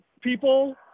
people